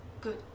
good